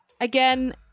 Again